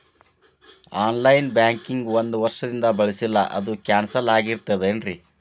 On line banking ಒಂದ್ ವರ್ಷದಿಂದ ಬಳಸಿಲ್ಲ ಅದು ಕ್ಯಾನ್ಸಲ್ ಆಗಿರ್ತದೇನ್ರಿ?